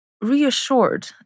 reassured